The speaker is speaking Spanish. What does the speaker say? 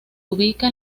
ubica